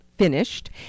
finished